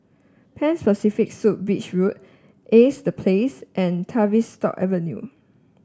Pan Pacific Suites Beach Road Ace The Place and Tavistock Avenue